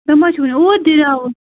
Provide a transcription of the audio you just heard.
تِم حظ چھِ وُنہِ اوٗرۍ دٔریاو